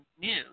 new